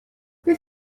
beth